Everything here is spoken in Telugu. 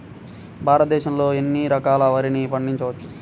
భారతదేశంలో ఎన్ని రకాల వరిని పండించవచ్చు